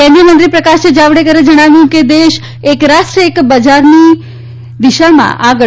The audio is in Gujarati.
કેન્દ્રીય મંત્રી પ્રકાશ જાવડેકરે જણાવ્યું કે દેશ એક રાષ્ટ્ર એક બજારની દિશામાં આગળ